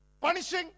punishing